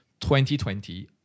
2020